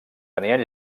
tenien